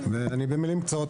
בבקשה.